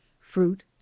fruit